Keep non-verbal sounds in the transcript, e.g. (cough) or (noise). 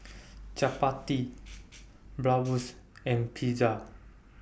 (noise) Chapati Bratwurst and Pizza